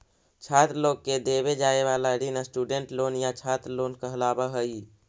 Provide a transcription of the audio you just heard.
छात्र लोग के देवे जाए वाला ऋण स्टूडेंट लोन या छात्र लोन कहलावऽ हई